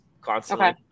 constantly